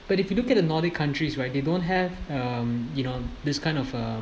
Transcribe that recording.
but if you look at the nordic countries right they don't have um you know this kind of um